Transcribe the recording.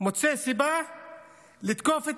מוצא סיבה לתקוף את